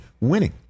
winning